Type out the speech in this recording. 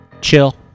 chill